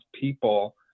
people